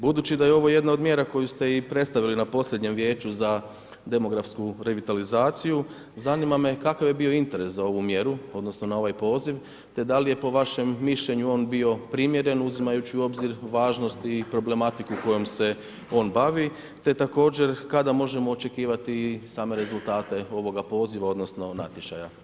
Budući da je ovo jedna od mjera koju ste i predstavili na posljednjem Vijeću za demografsku revitalizaciju, zanima me kakav je bio interes za ovu mjeru, odnosno na ovaj poziv te da li je po vašem mišljenju on bio primjeren, uzimajući u obzir važnost i problematiku kojom se on bavi te također kada možemo očekivati i same rezultate ovoga poziva, odnosno natječaja?